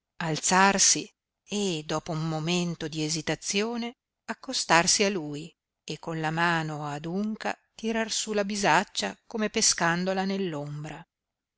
alzarsi e dopo un momento di esitazione accostarsi a lui e con la mano adunca tirar su la bisaccia come pescandola nell'ombra